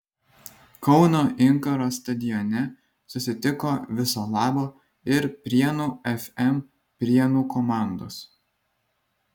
kauno inkaro stadione susitiko viso labo ir prienų fm prienų komandos